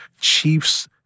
Chiefs